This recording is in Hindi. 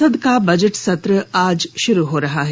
संसद का बजट सत्र आज शुरू हो रहा है